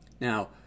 Now